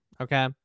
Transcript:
okay